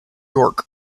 york